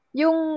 yung